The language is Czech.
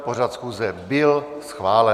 Pořad schůze byl schválen.